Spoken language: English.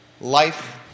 Life